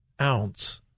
ounce